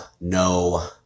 no